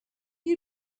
you